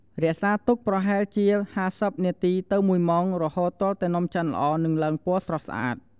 រក្សាទុកប្រហែលជា ៥០ នាទី ទៅ ១ ម៉ោង រហូតទាល់តែនំឆ្អិនល្អ និងឡើងពណ៌ស្រស់ស្អាត។